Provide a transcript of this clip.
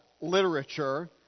literature